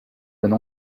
donne